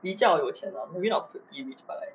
比较有钱 ah maybe not filthy rich but like